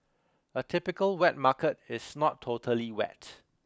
a typical wet market is not totally wet